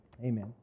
Amen